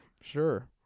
Sure